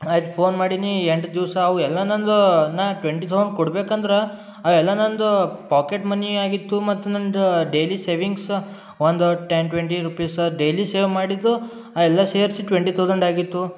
ಅದು ಫೋನ್ ಮಾಡೀನೀ ಎಂಟು ದಿವಸ ಅವು ಎಲ್ಲ ನನ್ನದು ನಾನು ಟ್ವೆಂಟಿ ತೌಸಂಡ್ ಕೊಡ್ಬೇಕಂದ್ರೆ ಅವು ಎಲ್ಲ ನನ್ನದು ಪಾಕೆಟ್ ಮನೀ ಆಗಿತ್ತು ಮತ್ತು ನನ್ನದು ಡೇಲಿ ಸೇವಿಂಗ್ಸ ಒಂದು ten twenty rupees daily save ಮಾಡಿದ್ದು ಎಲ್ಲ ಸೇರಿಸಿ ಟ್ವೆಂಟಿ ತೌಸೆಂಡ್ ಆಗಿತ್ತು